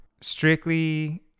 strictly